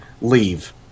leave